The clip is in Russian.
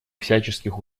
всяческих